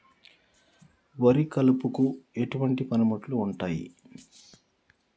వరి కలుపుకు ఎటువంటి పనిముట్లు ఉంటాయి?